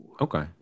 Okay